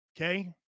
Okay